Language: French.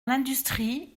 l’industrie